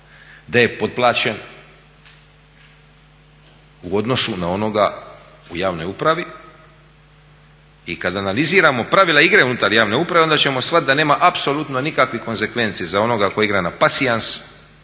da je potplaćen u odnosu na onoga u javnoj upravi. I kada analiziramo pravila igre unutar javne uprave onda ćemo shvatiti da nema apsolutno nikakvih konsekvenci za onoga koji igra na pasijans